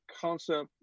concept